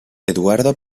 eduardo